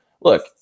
look